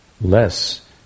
less